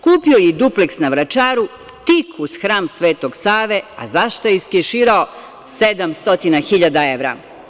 Kupio je i dupleks na Vračaru, tik uz Hram Svetog Save, a zašta je iskeširao 700 hiljada evra.